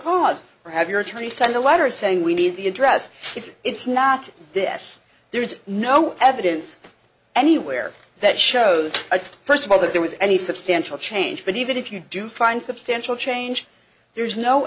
cause or have your attorney send a letter saying we need the address if it's not this there is no evidence anywhere that shows first of all that there was any substantial change but even if you do find substantial change there's no